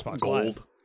gold